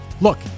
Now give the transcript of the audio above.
Look